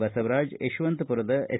ಬಸವರಾಜ ಯಶವಂತಪುರದ ಎಸ್